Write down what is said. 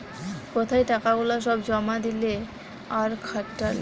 কোথায় টাকা গুলা সব জমা দিলে আর খাটালে